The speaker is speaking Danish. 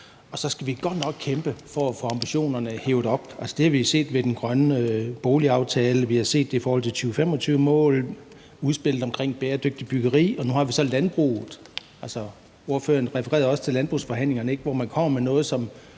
og så skal vi godt nok kæmpe for at få ambitionerne hevet op. Altså, det har vi jo set ved den grønne boligaftale, vi har set det i forhold til 2025-målene, vi har set det med udspillet omkring bæredygtigt byggeri, og nu har vi så landbruget. Ordføreren refererede også til landbrugsforhandlingerne, hvor man kommer med noget, som